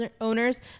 owners